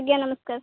ଆଜ୍ଞା ନମସ୍କାର